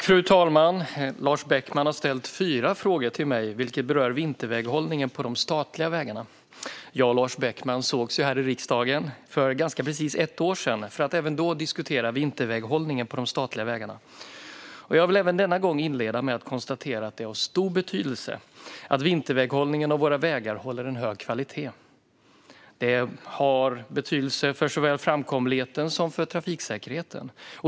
Fru talman! har ställt fyra frågor till mig vilka berör vinterväghållningen på de statliga vägarna. Jag och Lars Beckman sågs här i riksdagen för ganska precis ett år sedan för att även då diskutera vinterväghållningen på de statliga vägarna. Jag vill även denna gång inleda med att konstatera att det är av stor betydelse att vinterväghållningen av våra vägar håller en hög kvalitet. Det har betydelse för såväl framkomligheten som trafiksäkerheten.